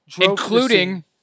Including